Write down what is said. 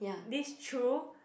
this Chu